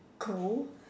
cold